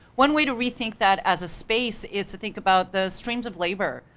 one way to rethink that as a space is to think about the streams of labor,